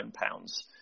pounds